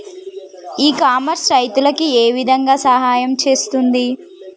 ఇ commerce రైతులకు ఏ విధంగా సహాయం చేస్తుంది?